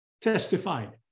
testified